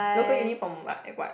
local uni from what like what